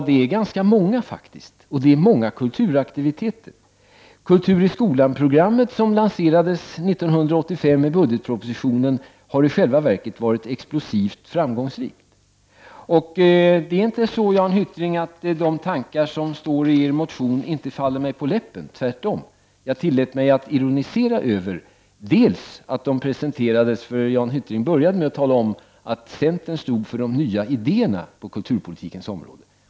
De är ganska många faktiskt, och med många kulturaktiviteter. Kultur-iskolan-programmet som lanserades i budgetpropositionen 1985 har i själva verket varit explosivt framgångsrikt. Det är inte så att tankarna i er motion, Jan Hyttring, inte faller mig på läppen. Tvärtom! Jag tillät mig att ironisera över att Jan Hyttring började med att tala om att centern stod för de nya idéerna på kulturpolitikens område.